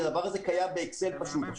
כי הדבר הזה קיים באקסל פשוט.